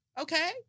Okay